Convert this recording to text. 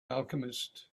alchemist